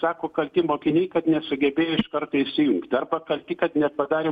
sako kalti mokiniai kad nesugebėjo iš karto įsijungt arba kalti kad nepadarė